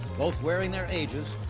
both wearing their ages.